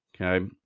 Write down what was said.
Okay